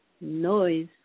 noise